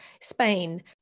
Spain